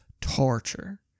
torture